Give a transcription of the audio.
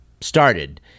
started